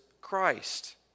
Christ